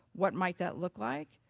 what might that look like?